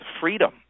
freedom